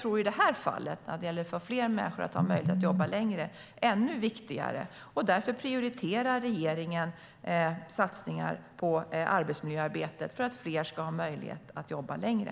När det gäller att ge fler människor möjlighet att jobba längre tror jag att andra insatser är ännu viktigare, och därför prioriterar regeringen satsningar på arbetsmiljöarbetet - för att fler ska ha möjlighet att jobba längre.